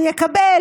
הוא יקבל,